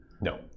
No